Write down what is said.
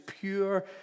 pure